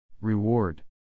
Reward